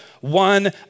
one